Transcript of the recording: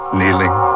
kneeling